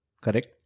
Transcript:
Correct